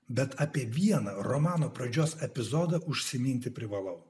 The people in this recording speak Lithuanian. bet apie vieną romano pradžios epizodą užsiminti privalau